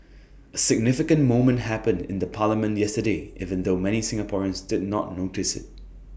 A significant moment happened in the parliament yesterday even though many Singaporeans did not notice IT